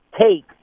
take